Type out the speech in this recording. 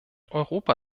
europa